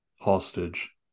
hostage